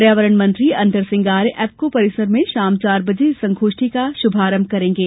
पर्यावरण मंत्री अंतरसिंह आर्य ने एप्को परिसर में शाम चार बजे इस संगोष्ठी का शुभारंभ करेंगे